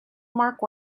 mark